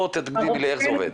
תגידי לי איך זה עובד.